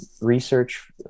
research